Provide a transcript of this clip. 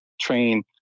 train